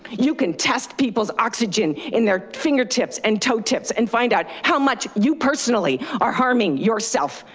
you can test people's oxygen in their fingertips and toe tips and find out how much you personally are harming yourself.